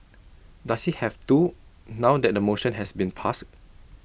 does he have to now that the motion has been passed